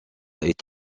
est